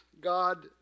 God